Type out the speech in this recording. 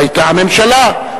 היתה הממשלה.